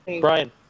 Brian